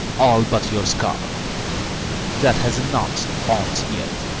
all but your scarf that has a knot on t yet.